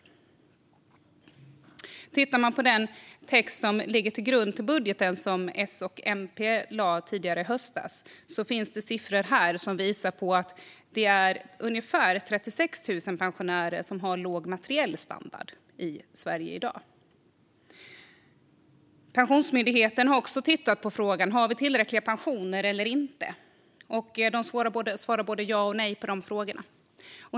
Om man tittar på den text som ligger till grund för den budget som S och MP lade fram tidigare i höstas hittar man siffror som visar att det är ungefär 36 000 pensionärer som har låg materiell standard i Sverige i dag. Pensionsmyndigheten har också tittat på frågan om vi har tillräckliga pensioner eller inte, och de svarar både ja och nej på denna fråga.